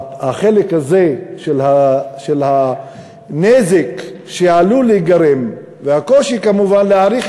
החלק הזה של הנזק שעלול להיגרם והקושי כמובן להעריך